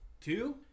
Two